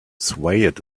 swayed